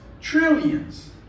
trillions